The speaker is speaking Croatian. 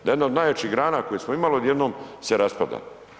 Da jedna od najjačih grana koje smo imali, odjednom se raspada.